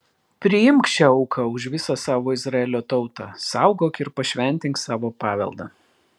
priimk šią auką už visą savo izraelio tautą saugok ir pašventink savo paveldą